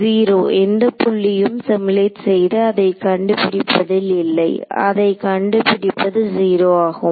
0 எந்த புள்ளியும் சிமுலேட் செய்து அதை கண்டுபிடிப்பதில் இல்லை அதை கண்டுபிடிப்பது 0 ஆகும்